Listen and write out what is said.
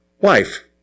wife